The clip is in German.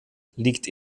liegt